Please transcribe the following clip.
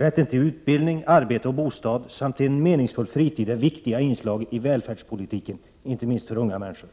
Rätten till utbildning, arbete och bostad samt till en meningsfull fritid är viktiga inslag i välfärdspolitiken inte minst för unga människor.